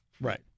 Right